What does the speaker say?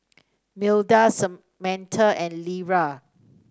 Milda Samatha and Lera